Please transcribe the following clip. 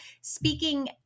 speaking